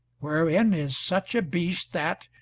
wherein is such a beast that,